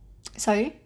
sorry